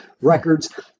records